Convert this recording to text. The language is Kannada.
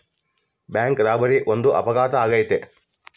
ಬ್ಯಾಂಕ್ ರಾಬರಿ ಒಂದು ಅಪರಾಧ ಆಗೈತೆ